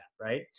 right